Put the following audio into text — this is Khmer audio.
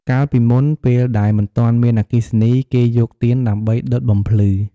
កាលពីមុន ពេលដែលមិនទាន់មានអគ្គិសនី គេយកទៀនដើម្បីដុតបំភ្លឺ។